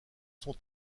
sont